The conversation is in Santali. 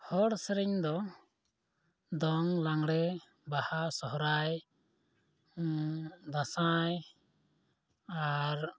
ᱦᱚᱲ ᱥᱮᱨᱮᱧ ᱫᱚ ᱫᱚᱝ ᱞᱟᱜᱽᱬᱮ ᱵᱟᱦᱟ ᱥᱚᱦᱚᱨᱟᱭ ᱫᱟᱸᱥᱟᱭ ᱟᱨ